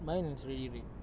mine is already red